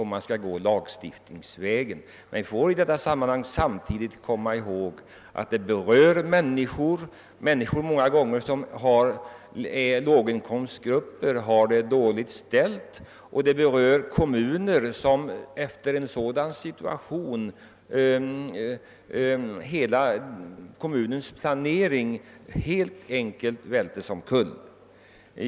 Vi måste dock samtidigt komma ihåg, att detta problem berör både människor — många gånger låginkomsttagare som har det dåligt ställt — och kommuner, som vid en nedläggning kan få se hela sin planering vältas omkull.